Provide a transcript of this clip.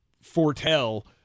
foretell